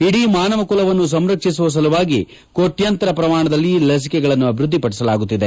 ಇಡೀ ಮಾನವ ಕುಲವನ್ನು ಸಂರಕ್ಷಿಸುವ ಸಲುವಾಗಿ ಕೋಟ್ಗಂತರ ಪ್ರಮಾಣದಲ್ಲಿ ಲಿಸಿಕೆಗಳನ್ನು ಅಭಿವೃದ್ಧಿಪಡಿಸಲಾಗುತ್ತಿದೆ